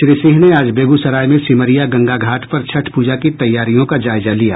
श्री सिंह ने आज बेगूसराय में सिमरिया गंगा घाट पर छठ प्रजा की तैयारियों का जायजा लिया